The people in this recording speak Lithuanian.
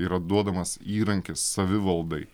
yra duodamas įrankis savivaldai